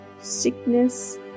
sickness